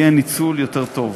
יהיה ניצול יותר טוב.